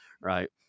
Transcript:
Right